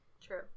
True